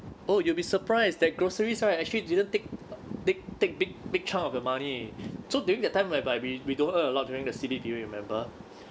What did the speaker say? oh you'll be surprised that groceries right actually didn't take take take big big chunk of your money so during that time whereby we we don't earn a lot during the C_B period remember